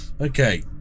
Okay